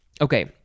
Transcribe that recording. Okay